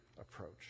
approach